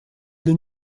для